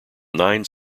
nine